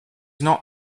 not